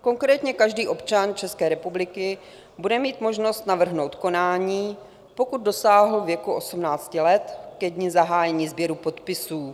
Konkrétně každý občan České republiky bude mít možnost navrhnout konání, pokud dosáhl věku 18 let ke dni zahájení sběru podpisů.